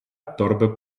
торби